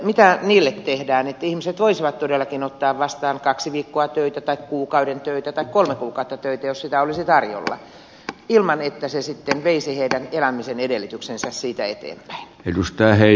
mitä niille tehdään että ihmiset voisivat todellakin ottaa vastaan kaksi viikkoa töitä tai kuukauden töitä tai kolme kuukautta töitä jos niitä olisi tarjolla ilman että se sitten veisi heidän elämisenedellytyksensä siitä eteenpäin